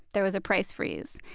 there was a price freeze.